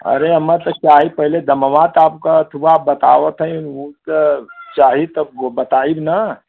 अरे हमें त चाही पहिले दमवा त आप क अथुवा बतावत हईं ऊ त चाही तब वो बताईब न